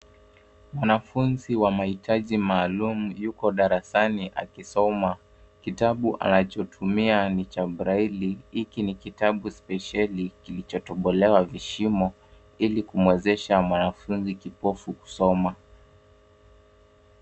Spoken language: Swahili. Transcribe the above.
Mwanafunzi wa mahitaji maalum yuko darasani akisoma. Kitabu anachotumia ni cha breli. Hiki ni kitabu spesheli kilichotobolewa vishimo ili kumwezesha mwanafunzi kipofu kusoma.